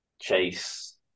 Chase